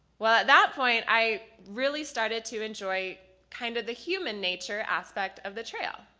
well, at that point i really started to enjoy kind of the human nature aspect of the trail.